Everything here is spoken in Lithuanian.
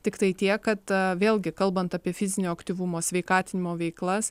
tiktai tiek kad vėlgi kalbant apie fizinio aktyvumo sveikatinimo veiklas